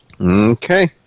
Okay